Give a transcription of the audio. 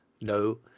No